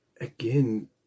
again